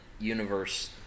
universe